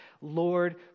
Lord